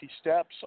steps